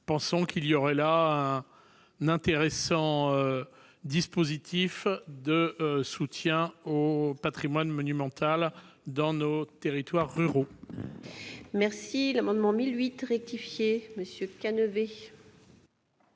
pensons qu'il y aurait là un intéressant dispositif de soutien au patrimoine monumental dans nos territoires ruraux. L'amendement n° I-1008 rectifié, présenté